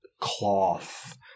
cloth